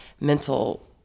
mental